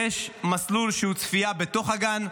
יש מסלול שהוא צפייה בתוך הגן,